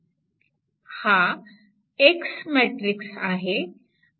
हा X matrix आहे